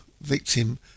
victim